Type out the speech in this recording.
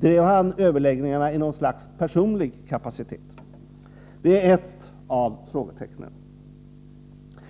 Drev han överläggningarna i något slags personlig kapacitet? Det är ett av frågetecknen.